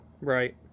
right